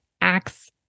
acts